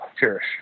cherish